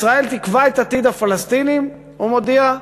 ישראל תקבע את עתיד הפלסטינים, הוא מודיע,